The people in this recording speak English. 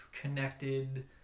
connected